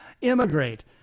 immigrate